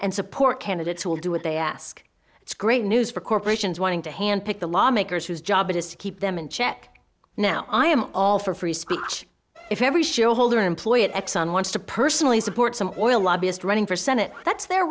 and support candidates will do what they ask it's great news for corporations wanting to hand pick the lawmakers whose job it is to keep them in check now i am all for free speech if every shareholder employee at exxon wants to personally support some oil lobbyist running for senate that's their